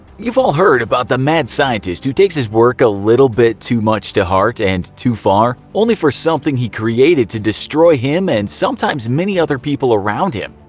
you've all heard about the mad scientist who takes his work a little bit too much to heart and too far, only for something he created to destroy him and sometimes many other people around him.